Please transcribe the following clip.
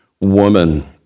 woman